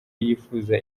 yifuza